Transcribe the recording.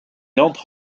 entre